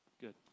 Good